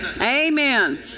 Amen